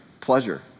pleasure